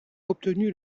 obtenu